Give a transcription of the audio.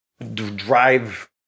drive